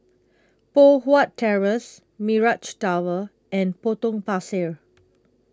Poh Huat Terrace Mirage Tower and Potong Pasir